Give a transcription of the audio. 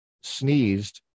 sneezed